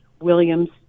Williams